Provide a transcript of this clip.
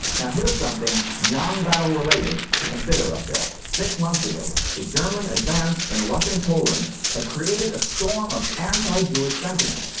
here's something non-battle related to consider up there six months ago, the german advance in russian poland had created a storm of anti-jewish sentiment,